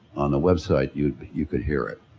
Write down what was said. on the website you'd, you could hear it.